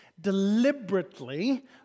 deliberately